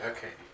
Okay